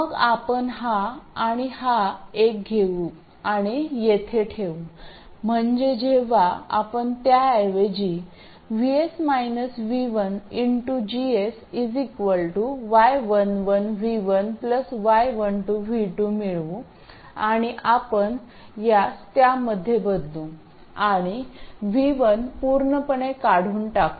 मग आपण हा आणि हा एक घेऊ आणि येथे ठेवू म्हणजे जेव्हा आपण त्याऐवजी GS y11 v1 y12 v2 मिळवू आणि आपण यास त्यामध्ये बदलू आणि v1 पूर्णपणे काढून टाकू